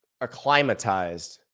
acclimatized